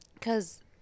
Cause